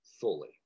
fully